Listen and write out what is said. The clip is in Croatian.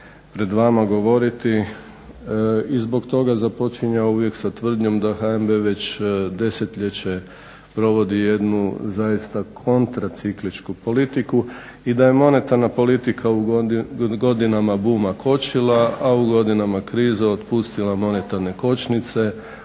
HNB već desetljeće provodi jednu zaista kontracikličku politiku i da je monetarna politika u godinama booma kočila, a u godinama kriza otpustila monetarne kočnice,